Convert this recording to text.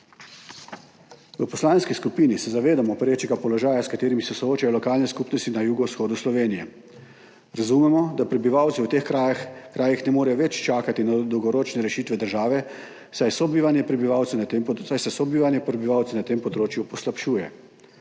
V poslanski skupini se zavedamo perečega položaja, s katerim se soočajo lokalne skupnosti na jugovzhodu Slovenije, razumemo, da prebivalci v teh krajih ne morejo več čakati na dolgoročne rešitve države, saj se sobivanje prebivalcev na tem področju poslabšuje,